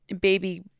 baby